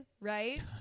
right